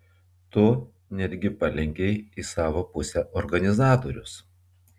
tu netgi palenkei į savo pusę organizatorius